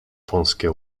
wąskie